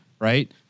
right